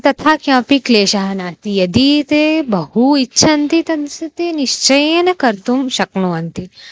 तथा किमपि क्लेशः नास्ति यदि ते बहु इच्छन्ति तस्य ते निश्चयेन कर्तुं शक्नुवन्ति